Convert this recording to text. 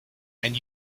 and